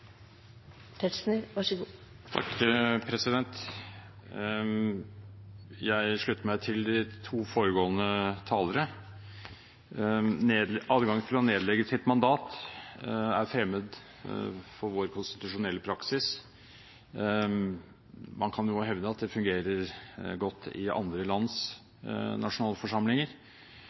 Jeg slutter meg til de to foregående talere. Adgang til å nedlegge sitt mandat er fremmed for vår konstitusjonelle praksis. Man kan hevde at det fungerer godt i andre lands nasjonalforsamlinger,